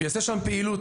והוא יעשה שם פעילות.